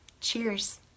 Cheers